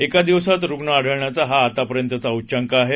एका दिवसात रुग्ण आढळण्याचा हा आतापर्यंतचा उच्चांक आहे